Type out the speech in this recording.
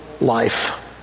life